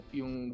yung